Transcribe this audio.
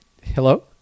Hello